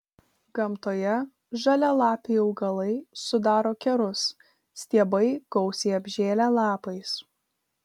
gamtoje žalialapiai augalai sudaro kerus stiebai gausiai apžėlę lapais